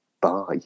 Bye